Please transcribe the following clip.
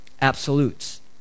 absolutes